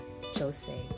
Jose